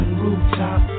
rooftop